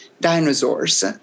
dinosaurs